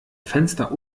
fenster